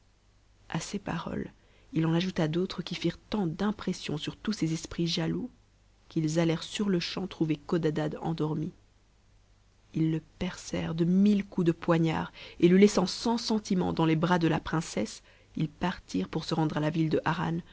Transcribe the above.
a ces paroles il en ajouta d'autres qui firent tant d'impression sur tous ces esprits jaloux qu'ils altèrent surte champ trouver codadad endormi ils le percèrent de mille coups de poignard et le laissant sans sentiment dans les bras de la princesse ils partirent pour se rendre à la ville de harran